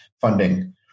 funding